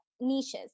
niches